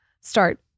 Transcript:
start